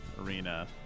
Arena